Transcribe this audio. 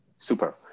Super